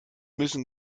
müssen